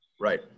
Right